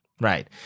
Right